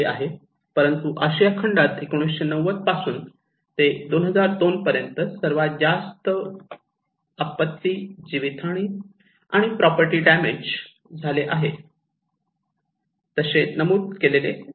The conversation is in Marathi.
परंतु आशिया खंडात 1990 पासून ते 2002 पर्यंत सर्वात जास्त आपत्ती जीवित हानी आणि प्रॉपर्टी डॅमेज नमूद केलेले दिसेल